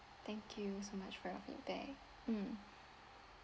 thank you so much for your feedback mm